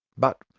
but,